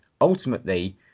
ultimately